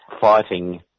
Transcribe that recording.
fighting